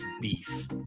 beef